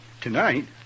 tonight